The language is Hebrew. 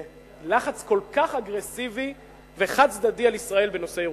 לחץ כל כך אגרסיבי וחד-צדדי על ישראל בנושא ירושלים.